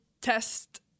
test